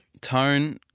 Tone